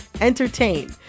entertain